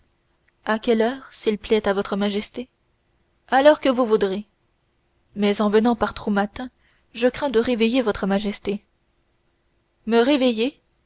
à quelle heure s'il plaît à votre majesté à l'heure que vous voudrez mais en venant par trop matin je crains de réveiller votre majesté me réveiller